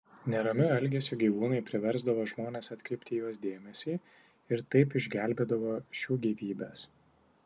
neramiu elgesiu gyvūnai priversdavo žmones atkreipti į juos dėmesį ir taip išgelbėdavo šių gyvybes